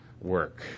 work